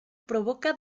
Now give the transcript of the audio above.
provoca